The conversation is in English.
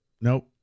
Nope